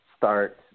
start